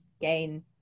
gain